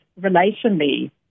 relationally